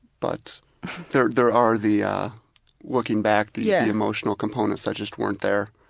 but there there are the ah looking back, the yeah emotional components that just weren't there.